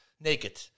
naked